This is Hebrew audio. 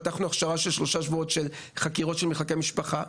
פתחנו הכשרה של שלושה שבועות של חקירות של מחלקי משפחה.